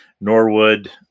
Norwood